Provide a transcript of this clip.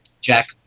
Jack